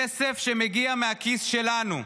כסף שמגיע מהכיס שלנו,